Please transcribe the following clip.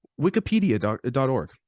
wikipedia.org